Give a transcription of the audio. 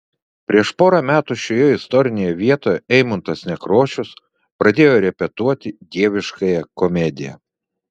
prieš porą metų šioje istorinėje vietoje eimuntas nekrošius pradėjo repetuoti dieviškąją komediją